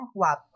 wap